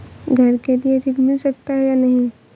घर के लिए ऋण मिल सकता है या नहीं?